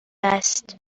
است